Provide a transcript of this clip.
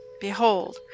Behold